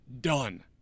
Done